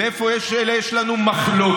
ואיפה שיש לנו מחלוקת,